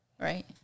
Right